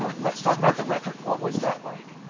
let's talk about the record. what was that like?